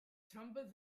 trample